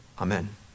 Amen